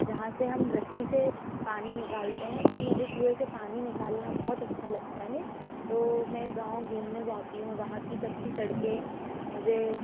जहाँ से हम रस्सी से पानी निकालते हैंऔर मुझे कुएं से पानी निकालना बहुत अच्छा लगता है तो मैं गाँव घूमने जाती हूँ वहाँ की कच्ची सड़कें मुझे